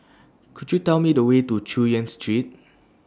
Could YOU Tell Me The Way to Chu Yen Street